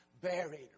buried